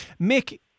Mick